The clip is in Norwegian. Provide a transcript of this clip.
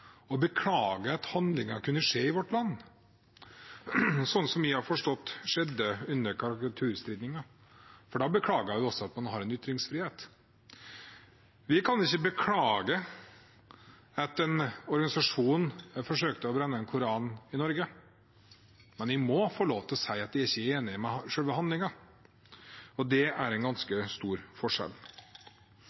å beklage at handlingen kunne skje i vårt land, sånn jeg har forstått skjedde under karikaturstriden. For da beklager man også at man har ytringsfrihet. Vi kan ikke beklage at en organisasjon forsøkte å brenne en koran i Norge, men vi må få lov til å si at vi ikke er enig i selve handlingen. Det er en ganske stor forskjell.